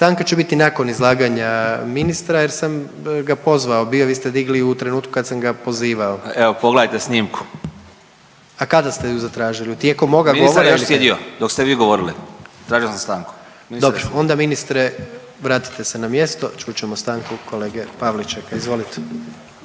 Stanka će biti nakon izlaganja ministra jer sam ga pozvao bio, vi ste digli u trenutku kad sam ga pozivao…/Upadica iz klupe: Evo pogledajte snimku/…. A kada ste ju zatražili, tijeku moga govora ili kada? …/Upadica iz klupe: Ministar je još sjedio, dok ste vi govorili tražio sam stanku/…. Dobro, onda ministre vratite se na mjesto, čut ćemo stanku kolege Pavličeka, izvolite.